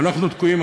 אנחנו תקועים.